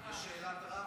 יש שאלת רב